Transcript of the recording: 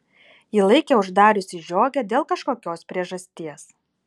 ji laikė uždariusi žiogę dėl kažkokios priežasties